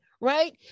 right